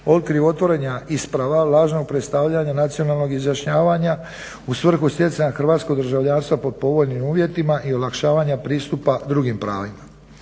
od krivotvorenja isprava, lažnog predstavljanja nacionalnog izjašnjavanja u svrhu stjecanja hrvatskog državljanstva pod povoljnim uvjetima i olakšavanja pristupa drugim pravima.